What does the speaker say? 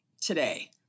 today